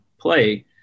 play